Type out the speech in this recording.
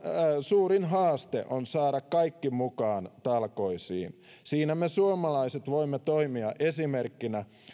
suurin haaste on saada kaikki mukaan talkoisiin siinä me suomalaiset voimme toimia esimerkkinä